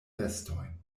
vestojn